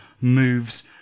moves